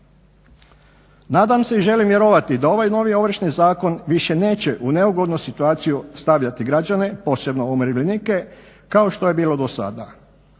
Nadam se i želim vjerovati da ovaj novi Ovršni zakon više neće u neugodnu situaciju stavljati građane, posebno umirovljenike kao što je bilo do sada.